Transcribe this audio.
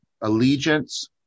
allegiance